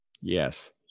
Yes